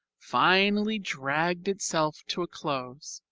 finally dragged itself to a close.